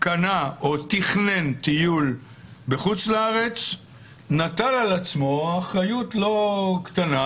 קנה או תכנן טיול בחוץ לארץ נטל על עצמו אחריות לא קטנה,